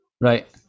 Right